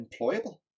employable